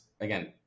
again